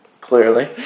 Clearly